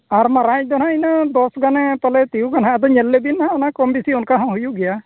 ᱟᱨ ᱢᱟᱨᱟᱝᱤᱡ ᱫᱚ ᱦᱟᱸᱜ ᱤᱱᱟᱹ ᱫᱚᱥᱜᱟᱱᱮ ᱯᱟᱞᱮ ᱛᱤᱭᱩᱜᱟ ᱦᱟᱸᱜ ᱟᱫᱚ ᱧᱮᱞ ᱞᱮᱫᱮ ᱢᱟ ᱚᱱᱟ ᱠᱚᱢᱼᱵᱮᱥᱤ ᱚᱱᱠᱟᱦᱚᱸ ᱦᱩᱭᱩᱜ ᱜᱮᱭᱟ